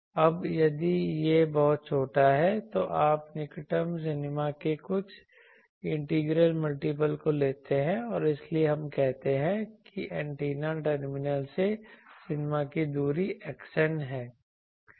अब यदि यह बहुत छोटा है तो आप निकटतम मिनीमा के कुछ इंटीग्रल मल्टीपल को लेते हैं और इसलिए हम कहते हैं कि एंटीना टर्मिनल से मिनीमा की दूरी xn है